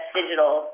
digital